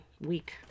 Week